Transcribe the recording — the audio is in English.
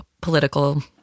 political